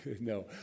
no